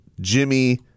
Jimmy